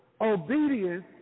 Obedience